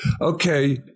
okay